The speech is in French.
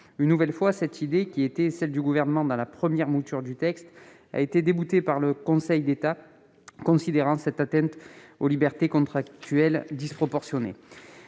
Une nouvelle fois, cette idée, qui était celle du Gouvernement dans la première mouture du texte, a été repoussée par le Conseil d'État qui a considéré cette atteinte aux libertés contractuelle disproportionnée.